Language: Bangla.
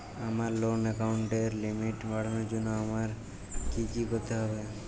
আমার লোন অ্যাকাউন্টের লিমিট বাড়ানোর জন্য আমায় কী কী করতে হবে?